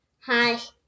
Hi